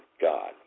God